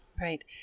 Right